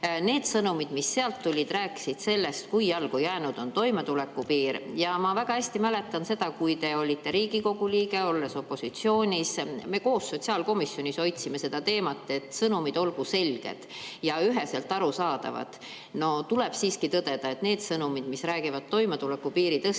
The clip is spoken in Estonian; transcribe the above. Need sõnumid, mis sealt tulid, rääkisid sellest, kui [ajale] jalgu jäänud on toimetulekupiir. Ma väga hästi mäletan seda, kui te olite Riigikogu liige, olite opositsioonis. Me koos sotsiaalkomisjonis hoidsime seda teemat, et sõnumid olgu selged ja üheselt arusaadavad. Tuleb siiski tõdeda, et need sõnumid, mis räägivad toimetulekupiiri tõstmisest,